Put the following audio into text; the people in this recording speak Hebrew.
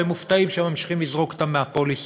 והם מופתעים שממשיכים לזרוק אותם מהפוליסות.